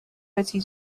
betty